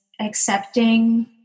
accepting